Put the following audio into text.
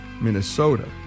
Minnesota